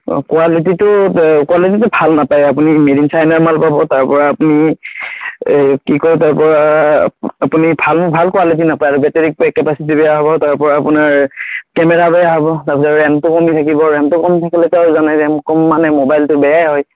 অঁ কুৱালিটিটো কুৱালিটিটো ভাল নাপায় আপুনি মেইড ইন চাইনা মাল পাব তাৰ পৰা আপুনি এই কি কয় তাৰ পৰা আপুনি ভাল ভাল কুৱালিটি নাপায় বেটাৰী কেপাচিটি বেয়া হ'ব তাৰ পৰা আপোনাৰ কেমেৰা বেয়া হ'ব তাৰপিছত ৰেমটো কমি থাকিব ৰেমটো কম থাকিলেতো আৰু জানেই ৰেম কম মানে মোবাইলটো বেয়াই ্হয়